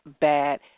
Bad